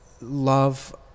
love